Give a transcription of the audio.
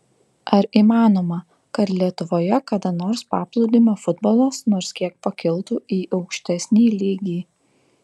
ar įmanoma kad lietuvoje kada nors paplūdimio futbolas nors kiek pakiltų į aukštesnį lygį